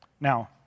Now